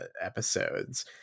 episodes